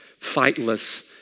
fightless